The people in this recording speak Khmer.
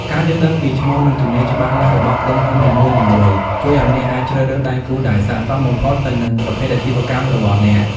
ការយល់ដឹងពីឈ្មោះ និងជំនាញច្បាស់លាស់របស់ក្រុមហ៊ុននីមួយៗ ជួយឱ្យអ្នកអាចជ្រើសរើសដៃគូដែលស័ក្តិសមបំផុតទៅនឹងប្រភេទអាជីវកម្មរបស់អ្នក។